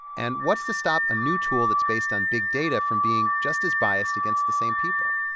and what's to stop a new tool that's based on big data from being just as biased against the same people?